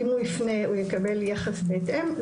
אם הוא יפנה הוא יקבל יחס בהתאם.